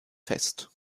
fest